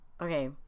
Okay